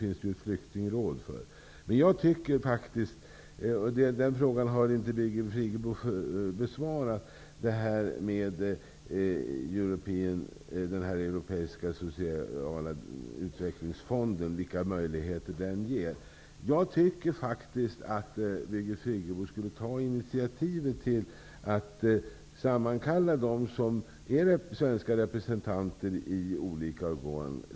Birgit Friggebo har inte svarat på vilka möjligheter den europeiska sociala utvecklingsfonden kan ge. Jag tycker faktiskt att Birgit Friggebo skulle ta initiativ till att sammankalla de svenska representanterna i olika organ.